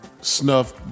snuff